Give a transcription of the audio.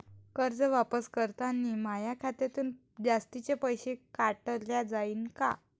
कर्ज वापस करतांनी माया खात्यातून जास्तीचे पैसे काटल्या जाईन का?